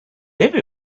every